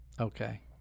Okay